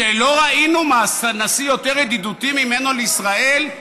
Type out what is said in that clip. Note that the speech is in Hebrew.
שלא ראינו נשיא יותר ידידותי ממנו לישראל,